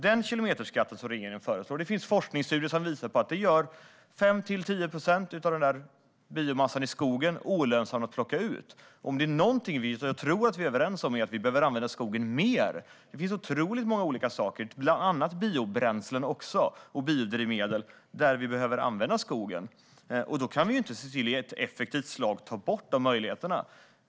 Det finns forskningsstudier som visar att den kilometerskatt som regeringen föreslår gör 5-10 procent av biomassan i skogen olönsam att ta fram. Något jag tror att vi är överens om är att vi behöver använda skogen mer. Det finns otroligt många olika saker som vi behöver använda skogen till, bland annat biobränslen och biodrivmedel. Då kan vi inte i ett slag ta bort de möjligheterna.